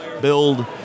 build